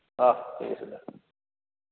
অঁ ঠিক আছে দে